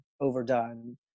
overdone